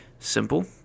Simple